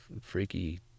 freaky